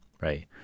right